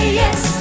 yes